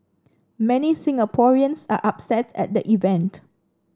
many Singaporeans are upset at the event